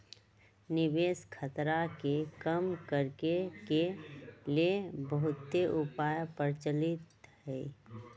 निवेश खतरा के कम करेके के लेल बहुते उपाय प्रचलित हइ